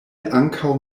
ankaŭ